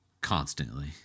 constantly